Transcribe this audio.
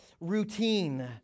routine